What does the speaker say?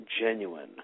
genuine